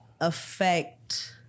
affect